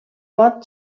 pot